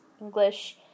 English